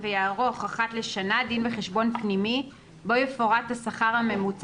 מאחר ואמרת את מה שאמרת